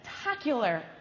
spectacular